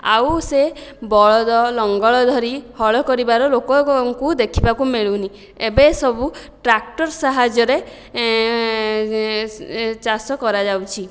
ଆଉ ସେ ବଳଦ ଲଙ୍ଗଳ ଧରି ହଳ କରିବାର ଲୋକଙ୍କୁ ଦେଖିବାକୁ ମିଳୁନି ଏବେ ସବୁ ଟ୍ରାକ୍ଟର ସାହାଯ୍ୟରେ ଚାଷ କରାଯାଉଛି